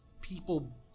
people